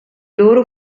loro